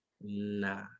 Nah